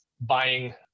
buying